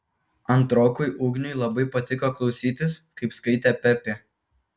antrokui ugniui labai patiko klausytis kaip skaitė pepė